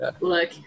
Look